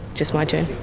just my turn.